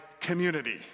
community